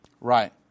Right